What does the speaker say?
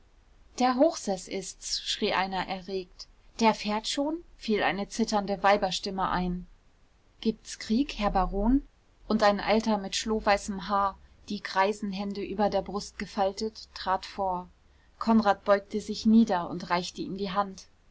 der hochseß ist's schrie einer erregt der fährt schon fiel eine zitternde weiberstimme ein gibt's krieg herr baron und ein alter mit schlohweißem haar die greisenhände über der brust gefaltet trat vor konrad beugte sich nieder und reichte ihm die hand